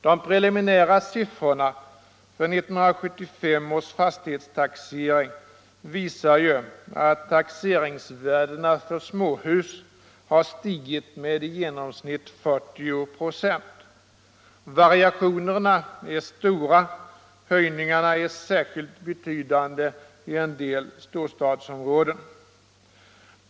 De preliminära siffrorna för 1975 års fastighetstaxering visar ju att taxeringsvärdena för småhus har stigit med i genomsnitt 40 96. Variationerna är stora. Höjningarna är särskilt betydande i en del storstadsområden.